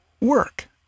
work